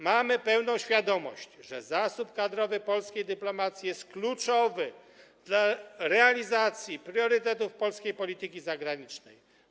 Mamy pełną świadomość tego, że zasób kadrowy polskiej dyplomacji jest kluczowy dla realizacji priorytetów polskiej polityki zagranicznej.